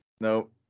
Nope